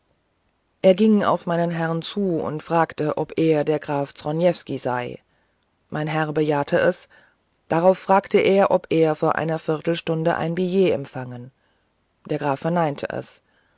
er ging auf meinen herrn zu und fragte ob er der graf zronievsky sei mein herr bejahte es darauf fragte er ob er vor einer viertelstunde ein billet empfangen der herr graf verneinte es